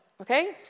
okay